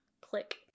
Click